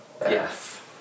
Yes